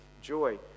joy